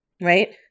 right